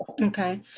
Okay